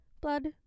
blood